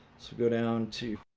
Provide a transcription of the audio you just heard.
so go down to